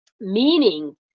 meaning